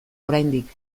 oraindik